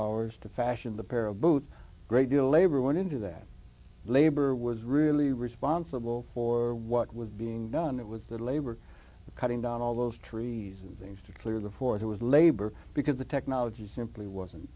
hours to fashion the pair of boots great deal labor went into that labor was really responsible for what was being done it was the labor the cutting down all those trees and things to clear the force it was labor because the technology simply wasn't